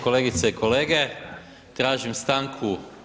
Kolegice i kolege, tražim stanku.